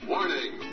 Warning